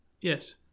Yes